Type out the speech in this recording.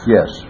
Yes